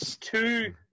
two